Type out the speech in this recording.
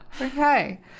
Okay